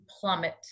plummet